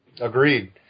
Agreed